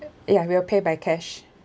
ya we'll pay by cash